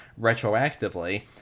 retroactively